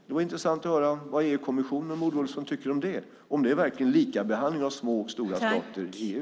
Det vore intressant att höra vad EU-kommissionen och Maud Olofsson tycker om det, om det verkligen är likabehandling av små och stora stater i EU.